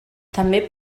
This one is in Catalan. també